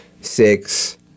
six